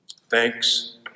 Thanks